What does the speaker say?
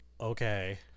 okay